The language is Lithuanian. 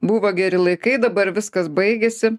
buvo geri laikai dabar viskas baigėsi